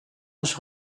was